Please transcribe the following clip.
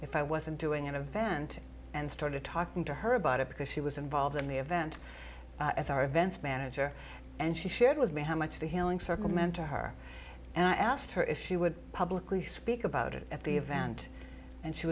if i wasn't doing an event and started talking to her about it because she was involved in the event as our events manager and she shared with me how much the healing circle meant to her and i asked her if she would publicly speak about it at the event and she